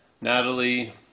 Natalie